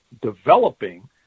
developing